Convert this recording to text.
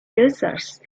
users